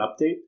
update